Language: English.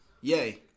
Yay